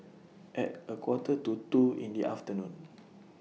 At A Quarter to two in The afternoon